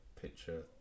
picture